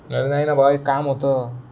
अरे नाही ना बा एक काम होतं